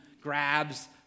grabs